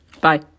Bye